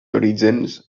orígens